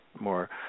more